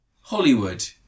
Hollywood